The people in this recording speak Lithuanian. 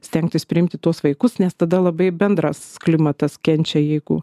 stengtis priimti tuos vaikus nes tada labai bendras klimatas kenčia jeigu